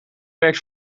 werkt